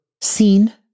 seen